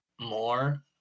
more